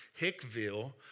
Hickville